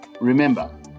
Remember